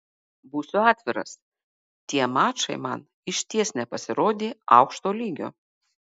būsiu atviras tie mačai man išties nepasirodė aukšto lygio